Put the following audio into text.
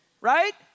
right